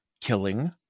killing